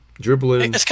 dribbling